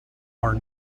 are